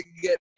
get